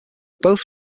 both